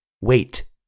Wait